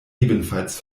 ebenfalls